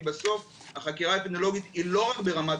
כי בסוף החקירה האפידמיולוגית היא לא רק ברמת